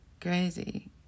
crazy